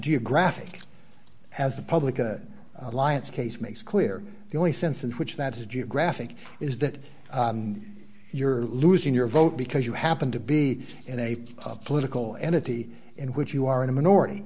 geographic as the public alliance case makes clear the only sense in which that is geographic is that you're losing your vote because you happen to be in a political entity in which you are in a minority